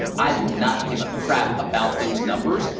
i do not give a crap about those numbers.